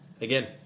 again